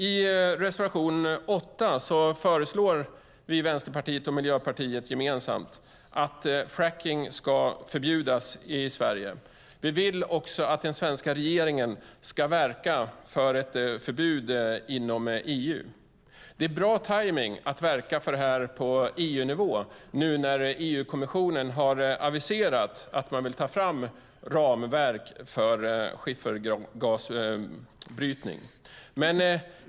I reservation 8 föreslår vi i Vänsterpartiet och Miljöpartiet gemensamt att fracking ska förbjudas i Sverige. Vi vill också att den svenska regeringen ska verka för ett förbud inom EU. Det är bra timing att verka för detta på EU-nivå nu när EU-kommissionen har aviserat att man vill ta fram ramverk för skiffergasbrytning.